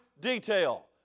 detail